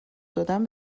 دادن